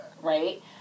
Right